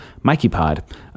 MikeyPod